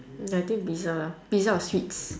ya I think pizza lah pizza or sweets